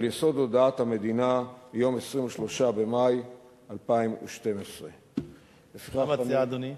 יסוד הודעת המדינה מיום 23 במאי 2012. מה מציע אדוני?